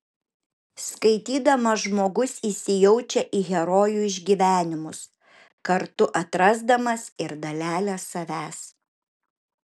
skaitydamas žmogus įsijaučia į herojų išgyvenimus kartu atrasdamas ir dalelę savęs